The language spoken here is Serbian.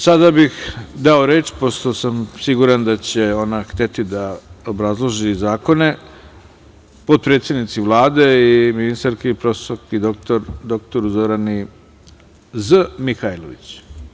Sada bih dao reč, pošto sam siguran da će ona hteti da obrazloži zakone, potpredsednici Vlade i ministarki prof. dr Zorani Z. Mihajlović.